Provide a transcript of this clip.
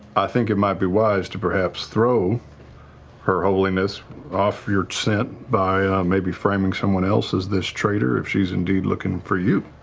i think it might be wise to perhaps throw her holiness off your scent by maybe framing someone else as this traitor if she's indeed looking for you.